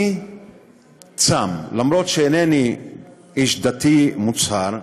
אני צם, אף שאינני איש דתי מוצהר,